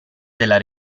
della